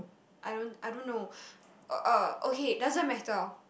I don't I don't know uh uh okay doesn't matter